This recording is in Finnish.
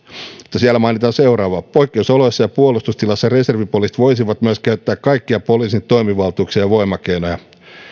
se että siellä mainitaan seuraava poikkeusoloissa ja puolustustilassa reservipoliisit voisivat myös käyttää kaikkia poliisin toimivaltuuksia ja voimakeinoja